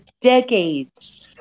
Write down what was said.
decades